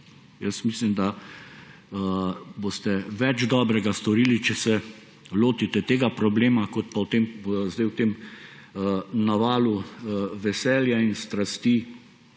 Jaz mislim, da boste več dobrega storili, če se lotite tega problema, kot pa se zdaj v tem navalu veselja in strasti